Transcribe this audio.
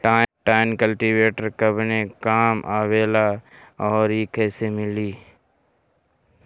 Tine cultivator कवने काम आवेला आउर इ कैसे मिली?